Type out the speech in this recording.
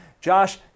Josh